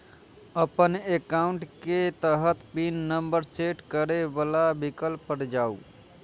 अपन एकाउंट के तहत पिन नंबर सेट करै बला विकल्प पर जाउ